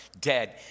dead